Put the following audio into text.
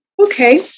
Okay